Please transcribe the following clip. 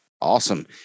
Awesome